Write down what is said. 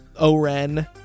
Oren